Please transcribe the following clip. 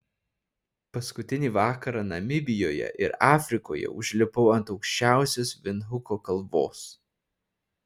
paskutinį vakarą namibijoje ir afrikoje užlipau ant aukščiausios vindhuko kalvos